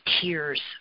tears